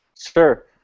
Sure